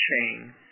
chain